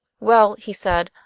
well, he said,